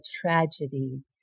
tragedy